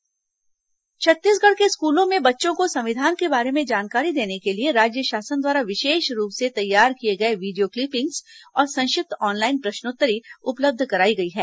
school संविधान प्रस्तावना छत्तीसगढ़ के स्कूलों में बच्चों को संविधान के बारे में जानकारी देने के लिए राज्य शासन द्वारा विशेष रूप से तैयार किए गए वीडियो क्लिपिंग और संक्षिप्त ऑनलाइन प्रश्नोत्तरी उपलब्ध कराई गई है